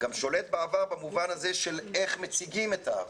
גם שולט בעבר במובן הזה של איך מציגים את העבר.